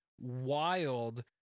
wild